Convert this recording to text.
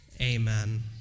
Amen